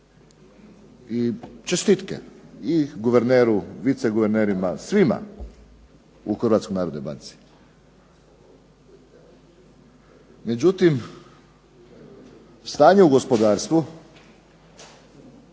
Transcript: I čestitke i guverneru, viceguvernerima, svima u Hrvatskoj narodnoj banci. Međutim, stanje u gospodarstvu,